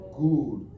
good